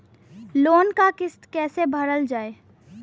Loan क किस्त कैसे भरल जाए?